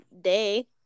day